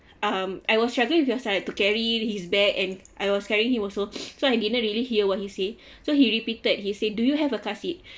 um I was travelling with your son to carry his bag and I was carrying him also so I didn't really hear what he say so he repeated he said do you have a car seat